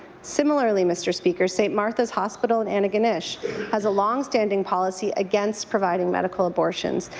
similarly, mr. speaker, st. martha's hospital in antigonish has a long standing policy against providing medical abortions,